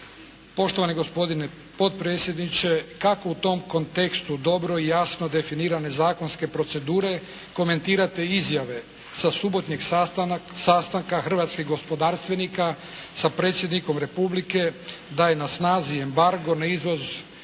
Poštovani gospodine potpredsjedniče kako u tom kontekstu dobro i jasno definirane zakonske procedure komentirate izjave sa subotnjeg sastanka hrvatskih gospodarstvenika sa Predsjednikom Republike da je na snazi embargo na izvoz